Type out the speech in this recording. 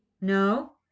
no